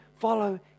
follow